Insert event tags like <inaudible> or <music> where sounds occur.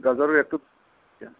গাজৰ ৰেটটো <unintelligible>